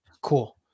Cool